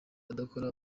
adakora